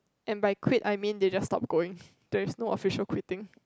and by quit I mean they just stop going there is no official quitting